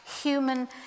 human